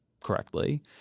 correctly